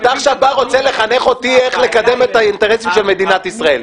אתה עכשיו רוצה לחנך אותי איך לקדם את האינטרסים של מדינת ישראל.